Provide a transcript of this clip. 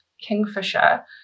kingfisher